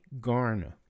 Garner